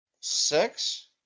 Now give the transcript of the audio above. six